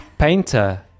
painter